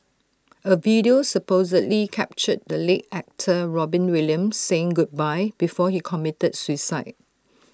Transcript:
A video supposedly captured the late actor Robin Williams saying goodbye before he committed suicide